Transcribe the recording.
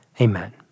Amen